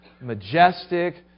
majestic